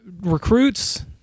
recruits